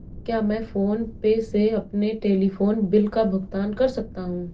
क्या मैं PhonePe से अपने टेलीफोन बिल का भुगतान कर सकता हूँ?